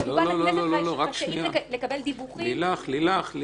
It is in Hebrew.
כמובן --- לקבל דיווחים - לא, לא, רק שנייה.